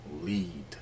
Lead